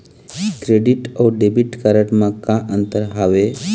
Credit अऊ debit card म का अंतर हावे?